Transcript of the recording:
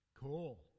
cool